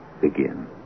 begin